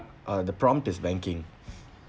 uh the prompt is banking